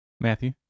Matthew